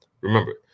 Remember